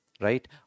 Right